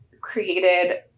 created